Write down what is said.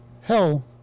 hell